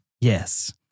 Yes